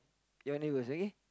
your neighbours okay